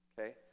Okay